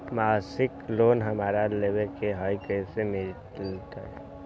मासिक लोन हमरा लेवे के हई कैसे मिलत?